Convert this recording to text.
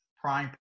prime